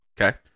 Okay